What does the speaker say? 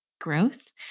growth